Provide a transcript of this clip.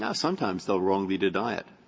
yeah sometimes they'll wrongfully deny it.